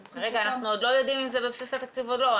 אנחנו עוד לא יודעים אם זה בבסיס התקציב או לא.